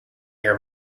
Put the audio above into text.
air